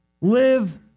Live